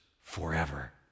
forever